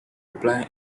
apply